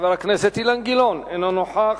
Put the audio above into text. חבר הכנסת אילן גילאון, אינו נוכח.